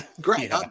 Great